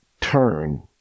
turn